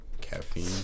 caffeine